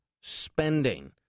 spending